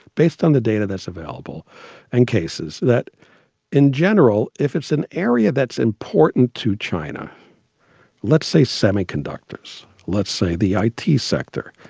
based on the data that's available in cases, that in general, if it's an area that's important to china let's say semiconductors, let's say the it sector,